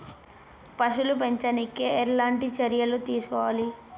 పశువుల్ని పెంచనీకి ఎట్లాంటి చర్యలు తీసుకోవాలే?